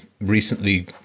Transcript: recently